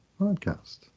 podcast